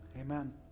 Amen